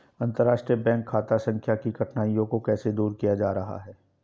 अंतर्राष्ट्रीय बैंक खाता संख्या की कठिनाइयों को कैसे दूर किया जा रहा है?